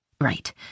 Right